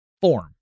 form